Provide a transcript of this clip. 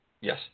Yes